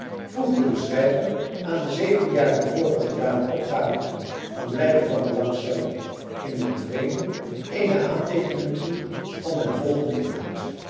voegde de schrijver aan de zeven jaar te voren gedane opgave van blijken van belangstelling in den vreemde eene aanteekening toe van den volgenden inhoud